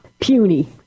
puny